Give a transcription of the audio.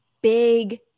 big